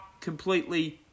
completely